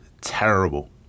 terrible